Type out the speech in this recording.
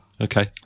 Okay